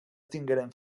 tingueren